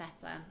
better